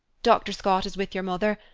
dr. scott is with your mother,